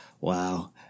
Wow